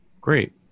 Great